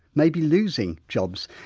maybe losing jobs.